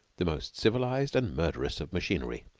the most civilized and murderous of machinery.